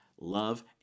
love